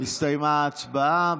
הסתיימה ההצבעה.